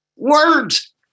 Words